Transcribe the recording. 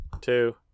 two